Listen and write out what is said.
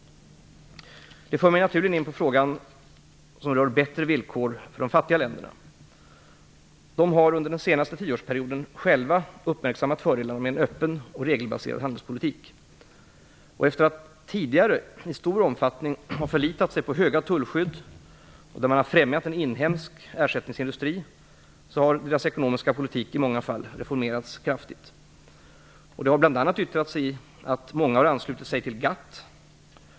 Detta för mig naturligen in på frågan rörande bättre villkor för de fattiga länderna. Dessa har under den senaste tioårsperioden själva uppmärksammat fördelarna med en öppen och regelbaserad handelspolitik. Efter att tidigare i stor omfattning ha förlitat sig på höga tullskydd och främjande av inhemsk ersättningsindustri, har deras ekonomiska politik i många fall reformerats kraftigt. Detta har bl.a. yttrat sig i att många har anslutit sig till GATT.